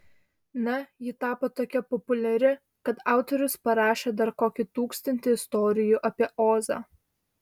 na ji tapo tokia populiari kad autorius parašė dar kokį tūkstantį istorijų apie ozą